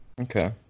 Okay